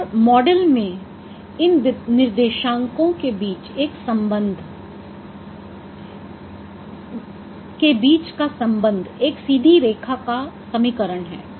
और मॉडल में इन निर्देशांकों के बीच का संबंध एक सीधी रेखा का समीकरण है